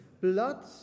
blood